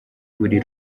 buri